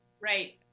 Right